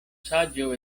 saĝo